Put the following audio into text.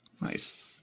Nice